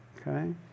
okay